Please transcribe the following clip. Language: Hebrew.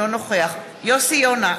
אינו נוכח יוסי יונה,